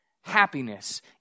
happiness